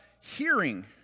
hearing